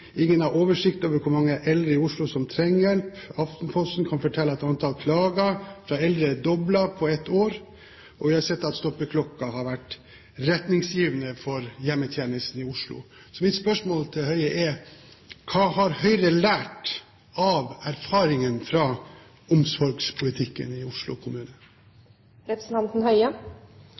ingen har oversikt over hvor mange eldre som trenger hjelp, Aftenposten kan fortelle at antall klager fra eldre er doblet på ett år, og jeg har sett at stoppeklokken har vært retningsgivende for hjemmetjenestene i Oslo. Så mitt spørsmål til Høie er: Hva har Høyre lært av erfaringene fra omsorgspolitikken i Oslo kommune? Den framstillingen av tilbudet til eldre i Oslo som representanten